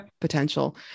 potential